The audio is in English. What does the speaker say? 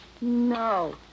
No